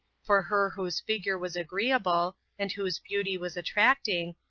for her whose figure was agreeable, and whose beauty was attracting,